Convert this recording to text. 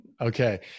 Okay